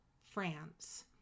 France